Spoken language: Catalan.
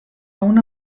una